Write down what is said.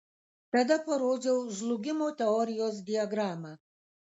tada parodžiau žlugimo teorijos diagramą